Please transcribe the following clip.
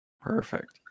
Perfect